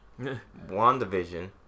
WandaVision